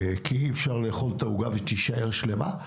כי אי אפשר לאכול את העוגה ושהיא תישאר שלמה.